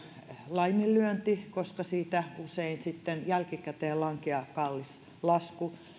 laiminlyönti koska siitä usein sitten jälkikäteen lankeaa kallis lasku